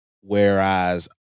whereas